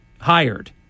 hired